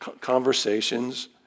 conversations